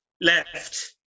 left